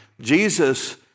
Jesus